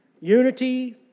Unity